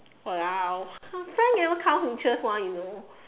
!walao! for friend never count interest [one] you know